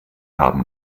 haben